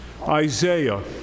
Isaiah